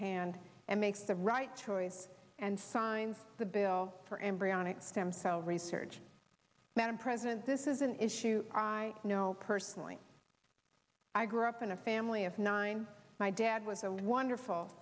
hand and makes the right choice and signs the bill for embryonic damn cell research madam president this is an issue i know personally i grew up in a family of nine my dad was a wonderful